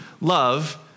love